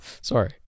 Sorry